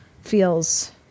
Feels